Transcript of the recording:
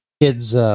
kid's